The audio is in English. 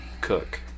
Cook